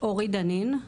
אורית דנין,